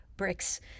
bricks